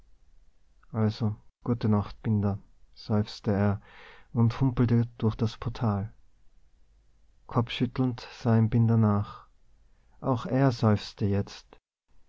also gute nacht binder seufzte er und humpelte durch das portal kopfschüttelnd sah ihm binder nach auch er seufzte jetzt